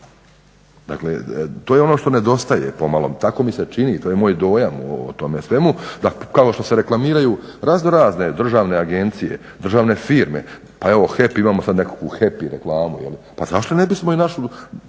piše? To je ono što nedostaje pomalo, tako mi se čini, to je moj dojam o tome svemu. Da kao što se reklamiraju raznorazne državne agencije, državne firme, pa evo HEP imamo sada neku HEPI reklamu, pa zašto ne bi smo i našu